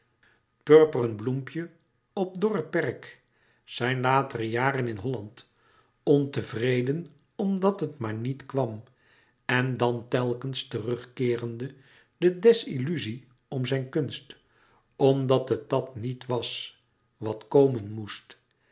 purperen bloempje op dorre perk zijn latere jaren in holland ontevreden omdat het maar niet kwam en dan telkens terugkeerende de desilluzie om zijn kunst omdat het dàt niet was wat komen moest